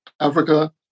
Africa